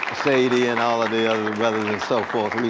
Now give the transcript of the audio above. sadie and all of the other brothers and so forth.